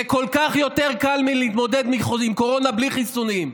זה כל כך יותר קל מלהתמודד עם קורונה בלי חיסונים.